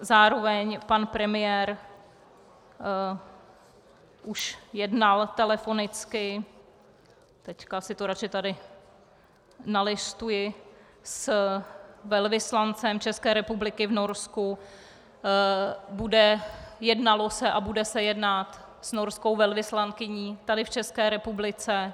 Zároveň pan premiér už jednal telefonicky, já si to radši tady nalistuji , s velvyslancem České republiky v Norsku, jednalo se a bude se jednat s norskou velvyslankyní tady v České republice.